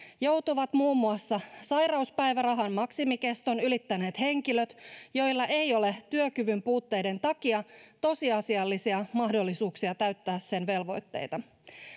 joutuvat muun muassa sairauspäivärahan maksimikeston ylittäneet henkilöt joilla ei ole työkyvyn puutteiden takia tosiasiallisia mahdollisuuksia täyttää sen velvoitteita